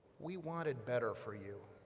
we wanted better for you